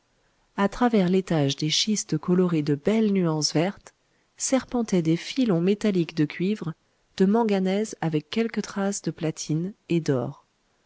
a travers l'étage des schistes colorés de belles nuances vertes serpentaient des filons métalliques de cuivre de manganèse avec quelques traces de platine et d'or